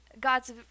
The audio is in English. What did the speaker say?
God's